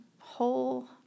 whole